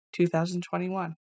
2021